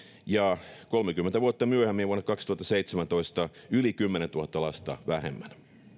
ja kolmekymmentä vuotta myöhemmin vuonna kaksituhattaseitsemäntoista yli kymmenentuhatta lasta vähemmän